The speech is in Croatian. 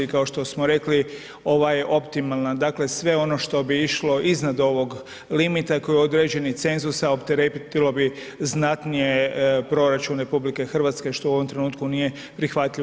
Kao što smo rekli, ovaj je optimalan, dakle sve ono što bi išlo iznad ovog limita koji je određeni cenzus, opteretilo bi znatnije proračun RH što u ovom trenutku nije prihvatljivo.